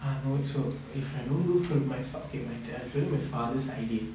I don't think so if I don't do film my fat~ okay I'm including my father's idea